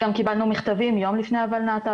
גם קיבלנו מכתבים יום לפני הולנת"ע.